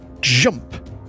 jump